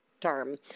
term